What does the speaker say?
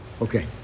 Okay